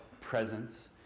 presence